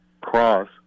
Cross